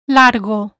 largo